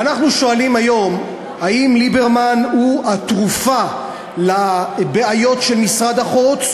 ואנחנו שואלים היום: האם ליברמן הוא התרופה לבעיות של משרד החוץ,